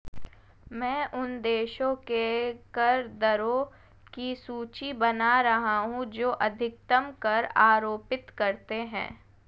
मैं उन देशों के कर दरों की सूची बना रहा हूं जो अधिकतम कर आरोपित करते हैं